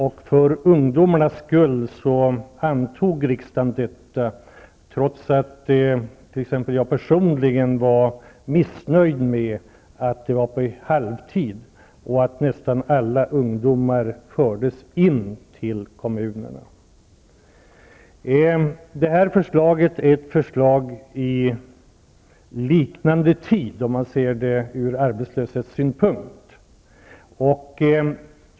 För ungdomarnas skull antog riksdagen förslaget, trots att t.ex. jag personligen var missnöjd med att det gällde arbete på halvtid och att nästan alla ungdomar hamnade i den kommunala sektorn. Det här förslaget har tillkommit vid en liknande tidpunkt, om man ser det ur arbetslöshetssynpunkt.